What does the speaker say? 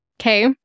Okay